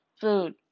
food